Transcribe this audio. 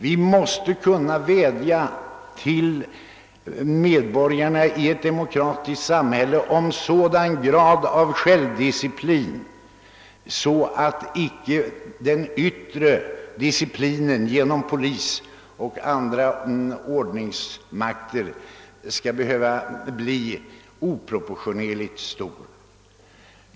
Vi måste kunna vädja till medborgarna i ett demokratiskt samhälle om en sådan grad av självdisciplin att den yttre disciplinen genom polis och annan ordningsmakt inte behöver bli oproportionerligt stor.